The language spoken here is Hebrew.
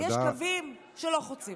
יש קווים שלא חוצים.